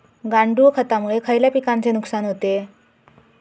गांडूळ खतामुळे खयल्या पिकांचे नुकसान होते?